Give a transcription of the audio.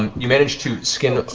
um you manage to skin